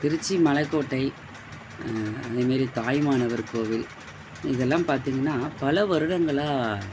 திருச்சி மலைக்கோட்டை அதே மாரி தாயுமானவர் கோவில் இதெல்லாம் பார்த்தீங்கன்னா பல வருடங்களாக